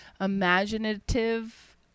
imaginative